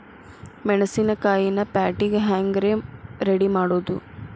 ಮೆಣಸಿನಕಾಯಿನ ಪ್ಯಾಟಿಗೆ ಹ್ಯಾಂಗ್ ರೇ ರೆಡಿಮಾಡೋದು?